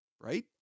Right